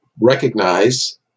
recognize